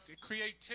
creativity